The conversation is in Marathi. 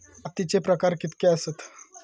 मातीचे प्रकार कितके आसत?